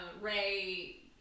Ray